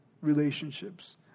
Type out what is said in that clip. relationships